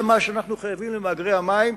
זה מה שאנחנו חייבים למאגרי המים,